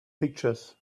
pictures